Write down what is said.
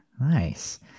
nice